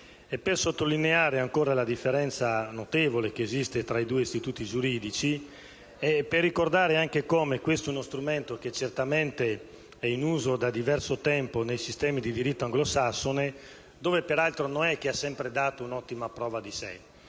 poi sottolineare la differenza notevole che esiste fra i due istituti giuridici e ricordare come questo strumento è certamente in uso da diverso tempo nei sistemi di diritto anglosassone, dove non sempre ha dato un'ottima prova di sé.